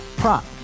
prop